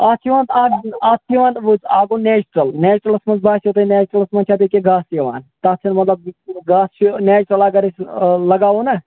اَتھ چھِ یِوان اَتھ چھِ یِوان اَکھ گوٚو نیچرل نیچرلس منٛز باسٮ۪و تۅہہِ نیچلرس منٛز چھِ یہِ کہِ گاسہٕ تہِ یِوان تَتھ چَھنہٕ مطلب گاسہٕ چھُ نیچرل اَگر أسۍ لَگاوَو نا